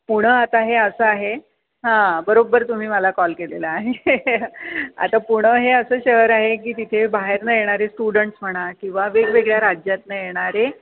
पुणं आता हे असं आहे हां बरोबर तुम्ही मला कॉल केलेला आहे आता पुणं हे असं शहर आहे की तिथे बाहेरून येणारे स्टुडंट्स म्हणा किंवा वेगवेगळ्या राज्यातून येणारे